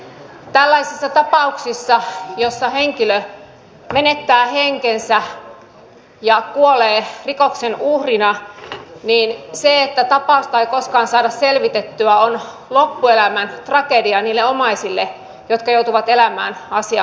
tällaisissa tapauksissa joissa henkilö menettää henkensä ja kuolee rikoksen uhrina se että tapausta ei koskaan saada selvitettyä on loppuelämän tragedia niille omaisille jotka joutuvat elämään asian kanssa